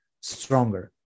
stronger